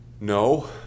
no